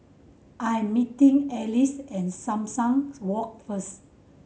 I am meeting Elsie at Sumang Walk first